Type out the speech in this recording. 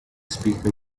speaker